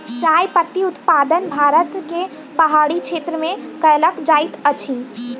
चाह पत्ती उत्पादन भारत के पहाड़ी क्षेत्र में कयल जाइत अछि